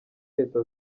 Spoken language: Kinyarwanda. leta